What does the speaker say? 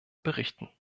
berichten